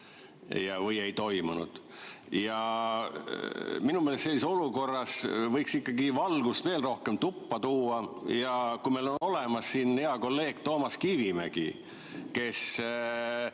või ei toimunud. Minu meelest sellises olukorras võiks ikkagi valgust veel rohkem tuppa tuua. Meil on olemas siin hea kolleeg Toomas Kivimägi.